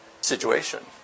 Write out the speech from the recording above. situation